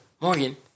Morgan